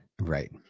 right